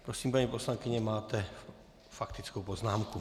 Prosím, paní poslankyně, máte faktickou poznámku.